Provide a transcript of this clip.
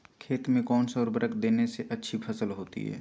खेत में कौन सा उर्वरक देने से अच्छी फसल होती है?